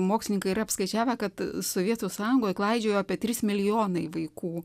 mokslininkai yra apskaičiavę kad sovietų sąjungoj klaidžiojo apie trys miliojonai vaikų